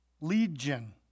Legion